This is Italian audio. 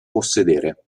possedere